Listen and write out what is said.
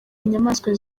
inyamaswa